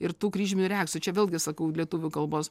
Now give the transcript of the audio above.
ir tų kryžminių reakcijų čia vėlgi sakau lietuvių kalbos